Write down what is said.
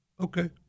Okay